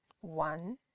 one